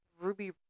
Ruby